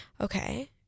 okay